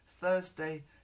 Thursday